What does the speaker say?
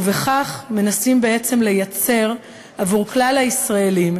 ובכך מנסים בעצם לייצר עבור כלל הישראלים,